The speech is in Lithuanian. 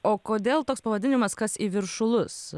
o kodėl toks pavadinimas kas į viršulus